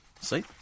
See